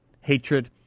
hatred